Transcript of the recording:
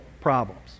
problems